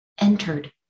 entered